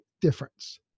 difference